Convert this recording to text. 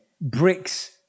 bricks